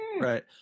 right